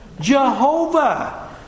Jehovah